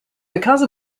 because